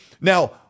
Now